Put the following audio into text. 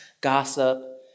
gossip